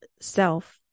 self